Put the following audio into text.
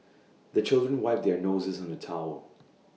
the children wipe their noses on the towel